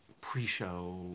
Pre-show